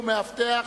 (איומים ותקיפה).